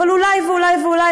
אבל אולי ואולי ואולי,